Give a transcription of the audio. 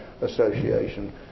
association